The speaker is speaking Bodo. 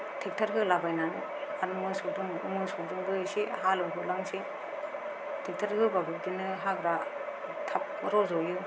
ट्रेक्टर होलाबायनानै आरो मोसौ मोसौजोंबो एसे हालेवहोलांसै ट्रेक्टर होब्लाबो बिदिनो हाग्रा थाब रज'यो